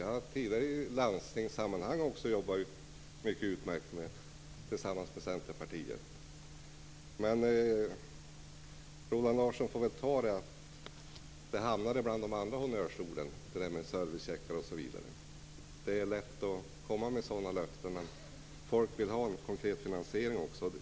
Jag har också tidigare i landstingssammanhang arbetat mycket utmärkt tillsammans med Roland Larsson får nog ta att det ibland handlar om andra honnörsord än detta med servicecheckar osv. Det är lätt att komma med sådana löften, men folk vill se en konkret finansiering också.